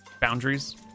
boundaries